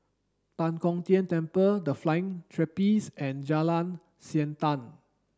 Tan Kong Tian Temple The Flying Trapeze and Jalan Siantan